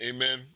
Amen